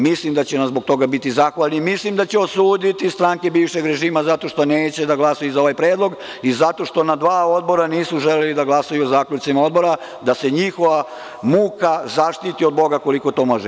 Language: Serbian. Mislim da će nam zbog toga biti zahvalni i mislim da će osuditi stranke bivšeg režima zato što neće da glasaju za ovaj predlog i zato što na dva odbora nisu želeli da glasaju o zaključcima odbora, da se njihova muka zaštiti od Boga, koliko to može.